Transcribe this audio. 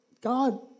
God